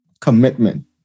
commitment